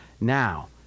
Now